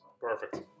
Perfect